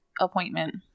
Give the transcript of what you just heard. appointment